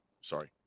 sorry